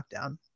lockdown